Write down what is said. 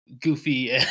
goofy